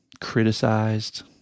criticized